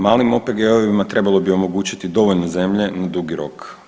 Malim OPG-ovima trebalo bi omogućiti dovoljno zemlje na dugi rok.